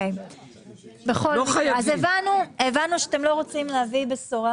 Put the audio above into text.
הבנו שאתם לא רוצים להביא בשורה